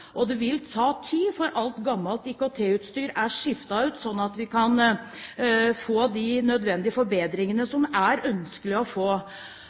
Det vil ta tid før alt gammelt IKT-utstyr er skiftet ut, slik at vi kan få de forbedringene